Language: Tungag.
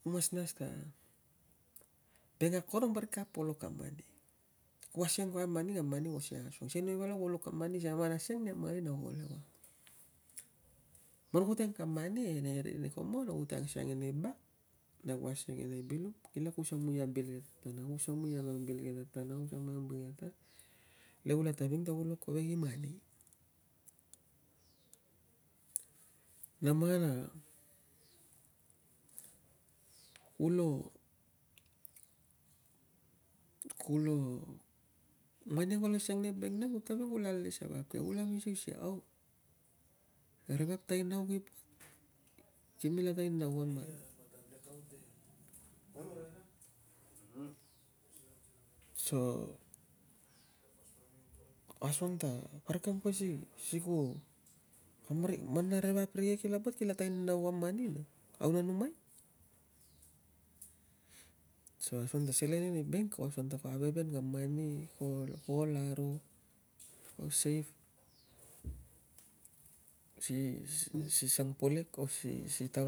Ku mas mas tabank ako rong patik ka apolok a mani, ku asiang kam mani na kam manei ko siang asu kang, sikei mi palau si luk kam mani siang ngon asiang nei bak naku asinag ia nei bilum mangalak ku samuai bil tat tana ku samuel na bil tat tana samui na mang bul ke tat tana ie kula taping kula kula alis arap ke, kula kovek i mani. Namana kulo, kulo mani kolos sian nai bank, kulo taping ta kula alis arap ke, kula misuse ia, au, rirap tainaue kl buat ki mela tainau kam mari, so asuang ta, parik ka ang kuai si, siku, kam ring, mana ri vap rikek kila buat kila tainiel kain mani au na numai mani koolaro, ko save, si siang palek, ko si si tab,